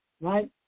right